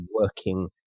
working